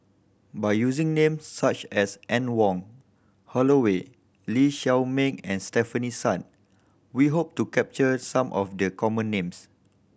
by using names such as Anne Wong Holloway Lee Shao Meng and Stefanie Sun we hope to capture some of the common names